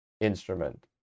instrument